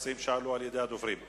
נושאים שהדוברים העלו.